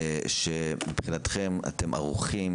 שמבחינתכם אתם ערוכים,